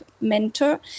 mentor